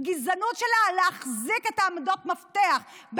גזענות של להחזיק את עמדות מפתח,